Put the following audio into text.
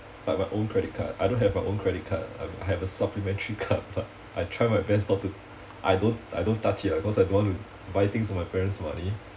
like my own credit card I don't have my own credit card I have a supplementary card but I try my best not to I don't I don't touch it lah cause I don't want to buy things from my parents' money